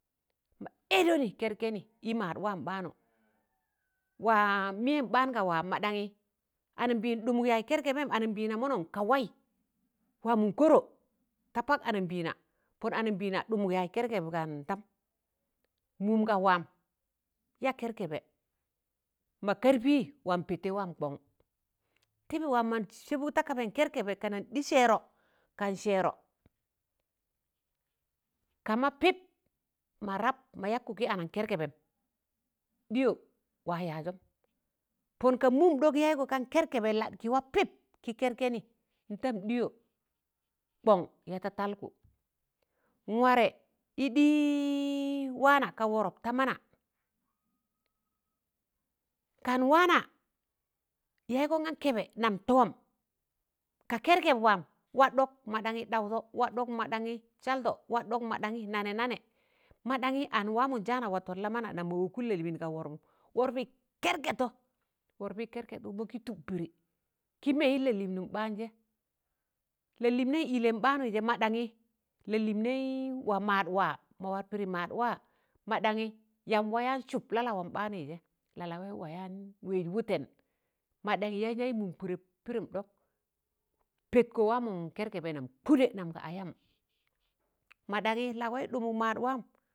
Ma ẹdọnị kẹrkẹnị ị maad waam ɓaanụ wa mịyẹm ɓaan ga wa maɗaṇyị anambịịn ɗụmụk yaa kẹrkẹbẹn anambịịna mọnọṇ ka waị waamụn kọrọ ta pak anambịịna pọn anambịịna ɗụmụk yaaz kẹrkẹbẹ kan tam, mụụm ga waam ya kẹrkẹbẹ ma ke̱rpị waa mpẹtẹị waam kọn Tịbị waam mọn sẹbụk ta kaban kẹrkẹbẹ kana ɗị sẹẹrọ kan sẹẹrọ ka ma pịp ma rap ma yakkụ gị anan kẹrkẹbẹm ɗịyọ wa yaazọm. pọn ka mụụm ɗọk yaịgọ gankẹrkẹbẹ lad kị waa pịp kị kẹrkẹnị ntam dịyọm kọn yaa da talgụ. Nwarẹ ị ɗịị wa na ka wọrọp ta mana kan waana yaịgọn gan kẹbẹ nam tọọm ka kẹrkẹb waam, wa ɗọk madaṇyị ɗ̣aụdọ, wa ɗọk maɗaṇyị saldọ, wa ɗọk nanẹ-nanẹ. Maɗaṇye an waamụn jaana watọn lamana nam ma wọkụn lalịịn ga wọr- bụm, wọrbị kẹrkẹtọ, wọrbị kẹrkẹt kị tụk tụlịị kị meyịn lalịịnụm baanje̱, lalịnẹị ịllẹm ɓaanụi̱jẹ maɗaṇyị lalịnẹị wa maad waa, ma war pịdị maadwa, maɗaṇyị yamb yaam sụp lalawọm ɓaanụị jẹ lalawaị yaan wẹẹz wụtẹn maɗaṇyị yaan yaị mụụm kụde pịdịm ɗọk. pẹtkọ waamọn kẹrkẹbẹ nam kụdẹ, nam gaayam maɗaṇyị lawaị ɗụmụk maad waam.